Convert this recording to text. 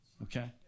Okay